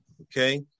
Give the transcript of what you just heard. Okay